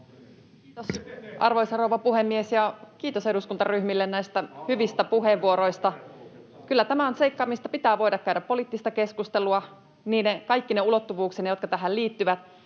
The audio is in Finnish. Kiitos, arvoisa rouva puhemies! Ja kiitos eduskuntaryhmille näistä hyvistä puheenvuoroista. Kyllä tämä on seikka, mistä pitää voida käydä poliittista keskustelua kaikkine ulottuvuuksineen, jotka tähän liittyvät.